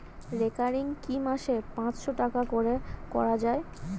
Recurring কি মাসে পাঁচশ টাকা করে করা যায়?